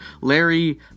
Larry